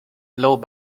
low